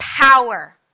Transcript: power